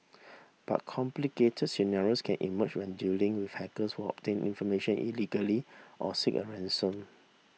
but complicated scenarios can emerge when dealing with hackers who obtain information illegally or seek a ransom